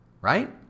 right